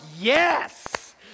yes